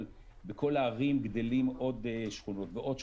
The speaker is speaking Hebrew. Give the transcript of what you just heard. בכל הערים גדלים עוד שכונות ועוד שכונות,